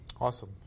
Awesome